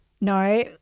no